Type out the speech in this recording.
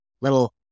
little